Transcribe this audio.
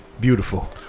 Beautiful